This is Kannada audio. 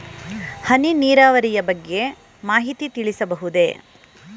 ಹನಿ ನೀರಾವರಿಯ ಬಗ್ಗೆ ಮಾಹಿತಿ ತಿಳಿಸಬಹುದೇ?